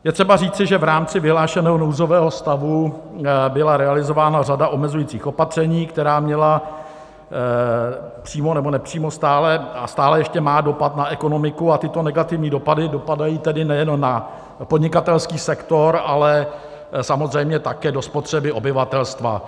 Je třeba říci, že v rámci vyhlášeného nouzového stavu byla realizována řada omezujících opatření, která měla přímo nebo nepřímo, a stále ještě má, dopad na ekonomiku, a tyto negativní dopady dopadají nejenom na podnikatelský sektor, ale samozřejmě také do spotřeby obyvatelstva.